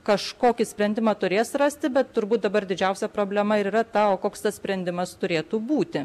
kažkokį sprendimą turės rasti bet turbūt dabar didžiausia problema ir yra ta o koks tas sprendimas turėtų būti